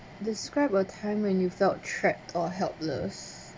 describe a time when you felt trapped or helpless